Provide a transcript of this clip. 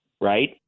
Right